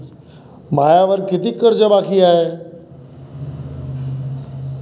मायावर कितीक कर्ज बाकी हाय?